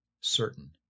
certain